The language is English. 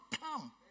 come